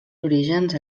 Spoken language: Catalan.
orígens